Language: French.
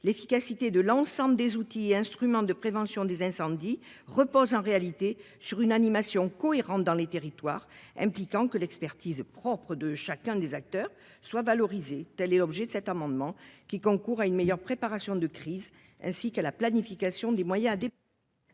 l'efficacité de l'ensemble des outils et instruments de prévention des incendies repose en réalité sur une animation cohérente dans les territoires impliquant que l'expertise propres de chacun des acteurs soient valorisés. Telle est l'objet de cet amendement qui concourt à une meilleure préparation de crise ainsi qu'à la planification des moyens des.